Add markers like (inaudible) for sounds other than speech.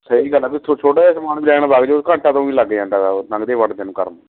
ਸਹੀ ਗੱਲ ਆ ਤੁਸੀਂ ਛੋ ਛੋਟਾ ਜਿਹਾ ਸਮਾਨ ਲੈਣ ਲੱਗ ਜਾਓ ਘੰਟਾ ਤਾਂ ਉਂ ਹੀ ਲੱਗ ਜਾਂਦਾ ਲੰਘਦੇ ਵੜਦੇ ਨੂੰ (unintelligible)